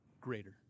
Greater